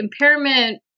impairment